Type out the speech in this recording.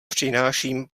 přináším